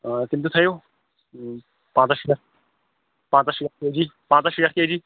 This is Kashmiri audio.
آ تِم تہِ تھٲیِو پنٛژاہ شیٚٹھ پنٛژاہ شیٚٹھ کے جی پنٛژاہ شیٚٹھ کے جی